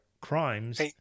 crimes